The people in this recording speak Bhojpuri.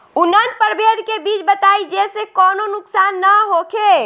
उन्नत प्रभेद के बीज बताई जेसे कौनो नुकसान न होखे?